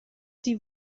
die